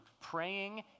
Praying